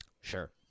sure